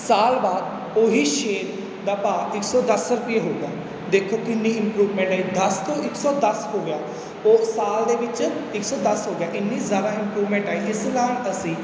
ਸਾਲ ਬਾਅਦ ਉਹ ਹੀ ਸ਼ੇਅਰ ਦਾ ਭਾਅ ਇੱਕ ਸੌ ਦਸ ਰੁਪਏ ਹੋਊਗਾ ਦੇਖੋ ਕਿੰਨੀ ਇੰਪਰੂਵਮੈਂਟ ਆਈ ਦਸ ਤੋਂ ਇੱਕ ਸੌ ਦਸ ਹੋ ਗਿਆ ਉਹ ਸਾਲ ਦੇ ਵਿੱਚ ਇੱਕ ਸੌ ਦਸ ਹੋ ਗਿਆ ਇੰਨੀ ਜ਼ਿਆਦਾ ਇੰਪਰੂਵਮੈਂਟ ਆਈ ਇਸ ਦੇ ਨਾਲ ਅਸੀਂ